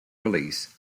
release